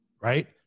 Right